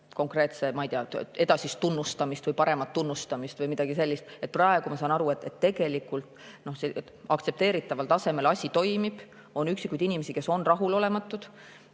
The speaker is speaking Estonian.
konkreetselt edasist tunnustamist või paremat tunnustamist või midagi sellist. Praegu ma saan aru, et tegelikult aktsepteeritaval tasemel asi toimib, on üksikuid inimesi, kes on rahulolematud,